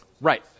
Right